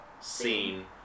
scene